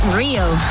real